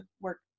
work